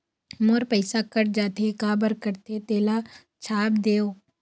मोर पैसा कट जाथे काबर कटथे तेला छाप देव?